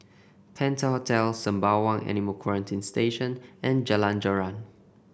Penta Hotel Sembawang Animal Quarantine Station and Jalan Joran